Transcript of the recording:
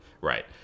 Right